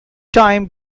time